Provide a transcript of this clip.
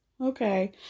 Okay